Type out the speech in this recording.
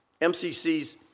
MCC's